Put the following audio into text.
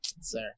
sir